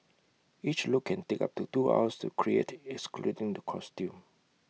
each look can take up to two hours to create excluding the costume